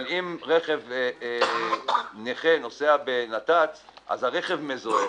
אבל אם רכב של נכה נוסע בנת"ץ אז הרכב מזוהה,